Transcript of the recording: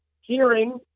hearing